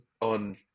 on